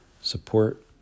support